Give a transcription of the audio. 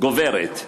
גוברת.